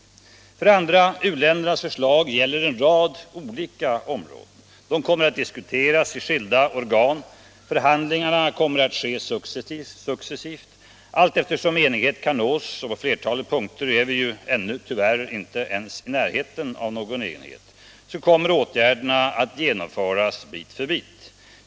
För det andra gäller u-ländernas förslag en rad olika områden. De kommer att diskuteras i skilda organ. Förhandlingarna kommer att ske successivt. Allteftersom enighet kan nås — men på flertalet punkter är vi tyvärr ännu inte ens i närheten av någon enighet — kommer åtgärder att genomföras bit för bit.